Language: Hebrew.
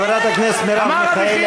חברת הכנסת מרב מיכאלי,